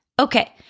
Okay